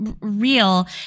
real